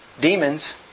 demons